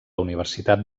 universitat